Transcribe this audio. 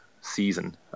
season